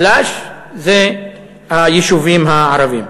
חלש זה היישובים הערביים.